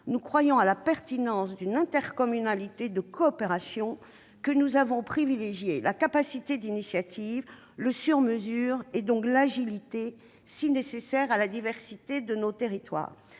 nous croyons à la pertinence d'une intercommunalité de coopération que nous avons privilégié la capacité d'initiative, le sur mesure, et donc l'agilité, si nécessaire à la diversité de nos territoires.